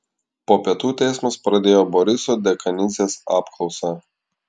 po pietų teismas pradėjo boriso dekanidzės apklausą